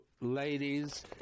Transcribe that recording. ladies